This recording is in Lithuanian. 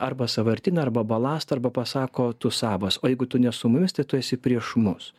arba sąvartyną arba balastą arba pasako tu savas jeigu tu ne su mumis tai tu esi prieš mus